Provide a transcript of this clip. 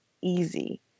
easy